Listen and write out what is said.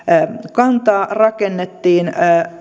kantaa rakennettiin